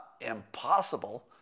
impossible